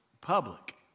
public